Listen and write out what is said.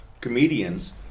comedians